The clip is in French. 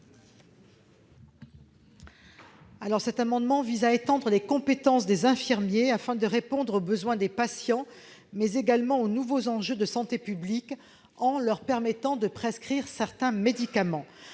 Cet amendement vise à étendre les compétences des infirmiers afin de répondre aux besoins des patients et aux nouveaux enjeux de santé publique, en leur permettant de prescrire certains médicaments.